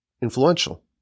influential